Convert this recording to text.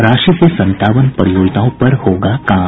राशि से संतावन परियोजनाओं पर होगा काम